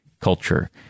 culture